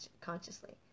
consciously